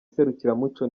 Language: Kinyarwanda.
serukiramuco